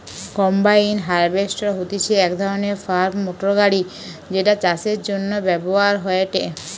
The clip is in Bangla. কম্বাইন হার্ভেস্টর হতিছে এক ধরণের ফার্ম মোটর গাড়ি যেটা চাষের জন্য ব্যবহার হয়েটে